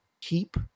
keep